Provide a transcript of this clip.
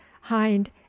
hind